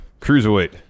Cruiserweight